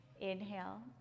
Inhale